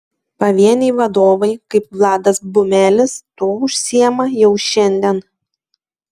pavieniai vadovai kaip vladas bumelis tuo užsiima jau šiandien